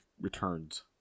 returns